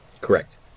Correct